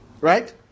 Right